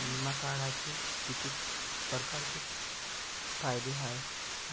बिमा काढाचे कितीक परकारचे फायदे हाय